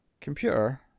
computer